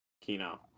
Kino